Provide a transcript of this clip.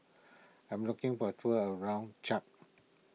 I am looking for a tour around Chad